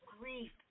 grief